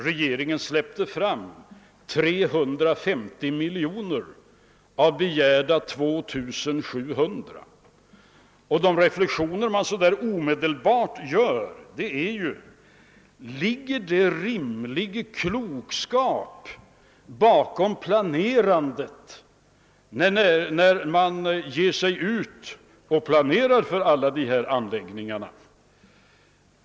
Regeringen släppte fram 350 miljoner av begärda 2 700 miljoner. Den reflexion man omedelbart gör är: Ligger det rimlig klokskap bakom planerandet för alla dessa anläggningar?